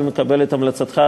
אני מקבל את המלצתך,